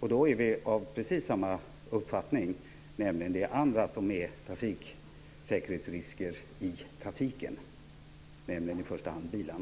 och då har vi precis samma uppfattning om det andra som är trafiksäkerhetsrisker i trafiken, nämligen i första hand bilarna.